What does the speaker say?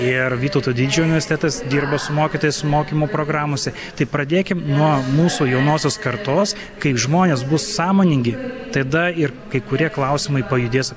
ir vytauto didžiojo universitetas dirba su mokytojais su mokymu programose tai pradėkim nuo mūsų jaunosios kartos kaip žmonės bus sąmoningi tada ir kai kurie klausimai pajudės